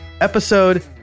episode